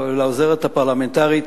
ולעוזרת הפרלמנטרית